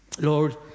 Lord